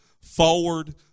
forward